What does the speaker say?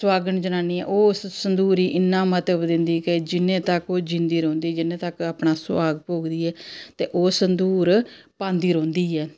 सुहागन जनानी ओह् उस संदूर ई इन्ना म्हत्तव दिंदी केह् जिन्ने तक ओह् जिंदी रौह्दी अपना भोगदी ऐ ते ओह् संदूर पांदी रौंह्दी ऐ